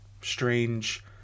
strange